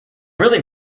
really